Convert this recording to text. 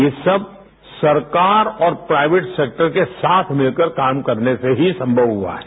ये सब सरकार और प्राइवेट सेक्टर के साथ मिलकर काम करने से ही संभव हुआ है